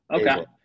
Okay